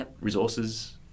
resources